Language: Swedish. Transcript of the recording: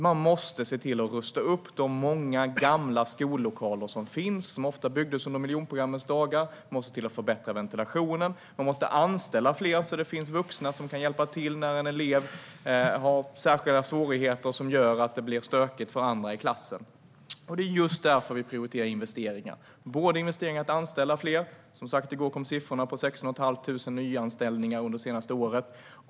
Man måste se till att rusta upp de många gamla skollokaler som finns och som ofta byggdes under miljonprogrammets dagar. Man måste se till att förbättra ventilationen. Man måste anställa fler så att det finns vuxna som kan hjälpa till när en elev har särskilda svårigheter som gör att det blir stökigt för andra i klassen. Det är just därför som vi prioriterar investeringar bland annat för att anställa fler. Som sagt, i går presenterades siffran 16 500 nyanställningar under det senaste året.